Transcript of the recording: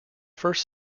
first